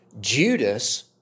Judas